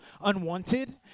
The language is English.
unwanted